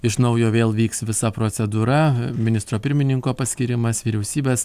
iš naujo vėl vyks visa procedūra ministro pirmininko paskyrimas vyriausybės